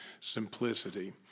simplicity